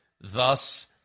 Thus